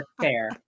fair